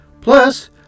Plus